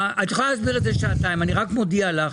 את יכולה להסביר את זה שעתיים, אני רק מודיע לך,